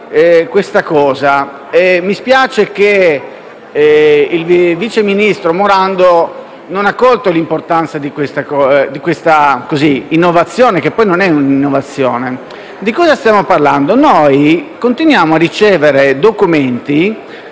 proposta e mi spiace che il vice ministro Morando non abbia colto l'importanza dell'innovazione prospettata, che poi non è un'innovazione. Di cosa stiamo parlando? Noi continuiamo a ricevere documenti,